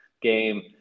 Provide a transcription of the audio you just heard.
game